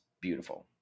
beautiful